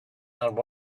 and